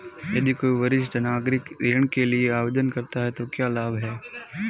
यदि कोई वरिष्ठ नागरिक ऋण के लिए आवेदन करता है तो क्या लाभ हैं?